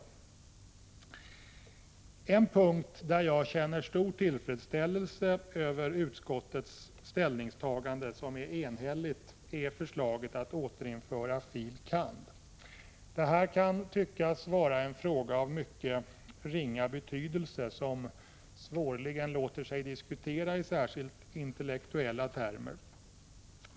På en punkt känner jag stor tillfredsställelse över utskottets ställningstagande. Det gäller förslaget att återinföra filosofie kandidatexamen. Det här kan tyckas vara en fråga av mycket ringa betydelse som svårligen låter sig diskuteras i särskilt intellektuella termer.